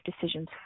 decisions